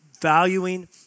valuing